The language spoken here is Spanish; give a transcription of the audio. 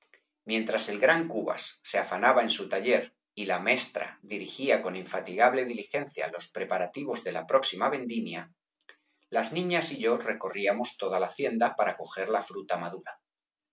mientras el gran cubas se afanaba en su taller y la mestra dirigía con infatigable diligencia los preparativos de la próxima vendimia las niñas y yo recorríamos toda la hacienda para coger la fruta madura